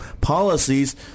policies